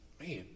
man